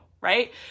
right